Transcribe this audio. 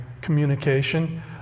communication